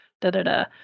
da-da-da